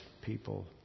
people